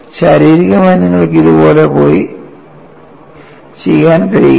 ശാരീരികമായി നിങ്ങൾക്ക് ഇതുപോലെ പോയി ചെയ്യാൻ കഴിയില്ല